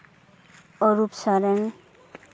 Arup Soren